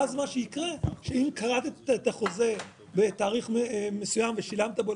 ואז מה שיקרה שאם כרתת את החוזה בתאריך מסוים ושילמת בו,